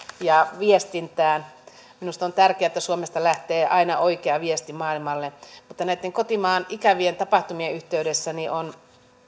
ja viestintään minusta on tärkeää että suomesta lähtee aina oikea viesti maailmalle mutta näitten kotimaan ikävien tapahtumien yhteydessä on